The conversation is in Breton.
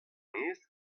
maez